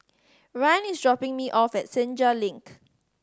ryne is dropping me off at Senja Link